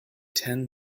ten